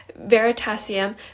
Veritasium